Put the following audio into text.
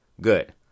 Good